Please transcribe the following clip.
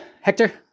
Hector